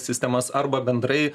sistemas arba bendrai